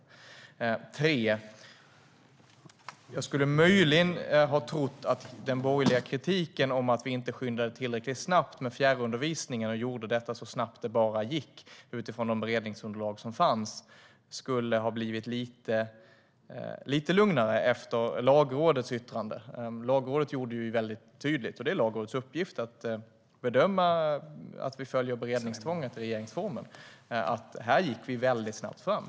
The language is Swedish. För det tredje skulle jag ha trott att den borgerliga kritiken om att vi inte skyndade tillräckligt snabbt med propositionen om fjärrundervisning utifrån de beredningsunderlag som fanns skulle ha blivit lite lugnare efter Lagrådets yttrande. Det är ju Lagrådets uppgift att bedöma hur vi följer regeringsformens beredningstvång, och Lagrådet sa väldigt tydligt att vi gick väldigt snabbt fram.